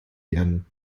werden